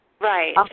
Right